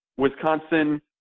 Wisconsin